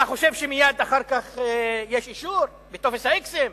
אתה חושב שמייד אחר כך יש אישור בטופס האיקסים?